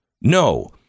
no